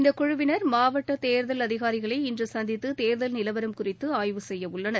இந்தக் குழுவினர் மாவட்ட தேர்தல் அதிகாரிகளை இன்று சந்தித்து தேர்தல் நிலவரம் குறித்து ஆய்வு செய்ய உள்ளனர்